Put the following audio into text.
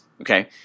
Okay